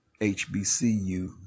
HBCU